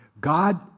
God